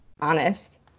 honest